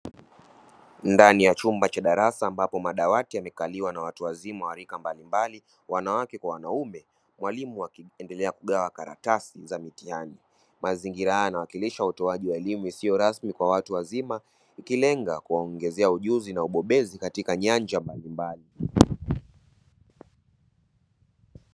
Ndani ya chumba cha darasa ambapo madawati yamekaliwa na watu wazima wa rika mbalimbali wanawake kwa wanaume, mwalimu akiendelea kugawa karatasi za mitihani. Mazingira haya yakiwakilisha utoaji wa elimu isiyo rasmi kwa watu wazima ikilenga kuwaongezea ujuzi na ubobezi katika nyanja mbalimbali.